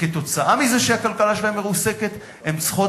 וכתוצאה מזה שהכלכלה שלהן מרוסקת הן צריכות